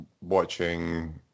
watching